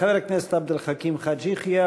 חבר הכנסת עבד אל חכים חאג' יחיא,